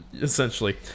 essentially